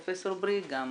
פרופ' בריק,